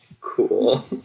Cool